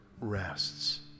rests